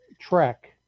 trek